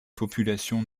populations